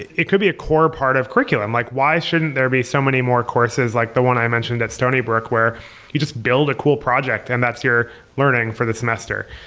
it could be a core part of curriculum. like why shouldn't there be so many more courses like the one i mentioned at stony brook, where you just build a cool project and that's your learning for the semester.